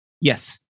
Yes